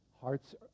Hearts